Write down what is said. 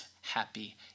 happy